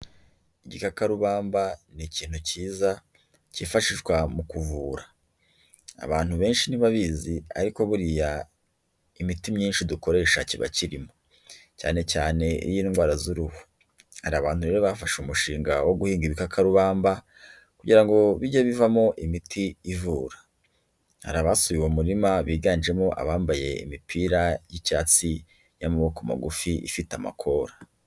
Igikakarubamba ni ikintu kiza kifashishwa mu kuvura. Abantu benshi ntibabizi ariko buriya imiti myinshi dukoresha kiba kirimo cyane cyane iy'indwara z'uruhu. Hari abantu rero bafashe umushinga wo guhinga ibikakarubamba kugira ngo bige bivamo imiti ivura. Hari abasuye uwo murima biganjemo abambaye imipira y'icyatsi y'amaboko magufi ifite amakora.